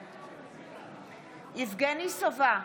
בעד יבגני סובה,